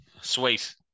Sweet